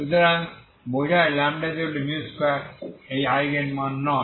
সুতরাং বোঝায় λ2 একটি আইগেন মান নয়